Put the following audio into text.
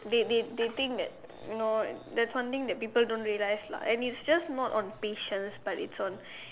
they they they think that you know there's something that people don't realise lah and it's just not on patients but it's on